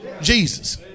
Jesus